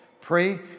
Pray